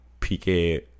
PK